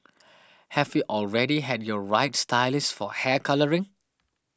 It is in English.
have you already had your right stylist for hair colouring